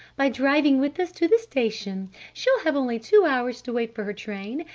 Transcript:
by driving with us to the station, she'll have only two hours to wait for her train,